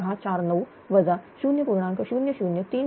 00401649 j0